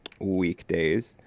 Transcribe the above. Weekdays